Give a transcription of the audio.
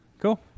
Cool